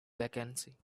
vacancy